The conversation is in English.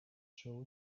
chosen